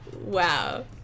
Wow